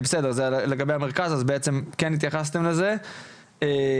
אבל בעצם אנחנו יודעים שאותן הרעלות קשות מאוד,